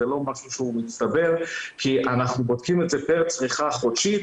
זה לא משהו שהוא מצטבר כי אנחנו בודקים את זה פר צריכה חודשית.